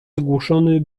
zgłuszony